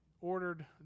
ordered